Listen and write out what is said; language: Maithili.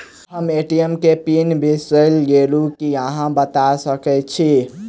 हम ए.टी.एम केँ पिन बिसईर गेलू की अहाँ बता सकैत छी?